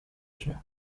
śnie